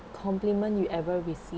compliment you ever received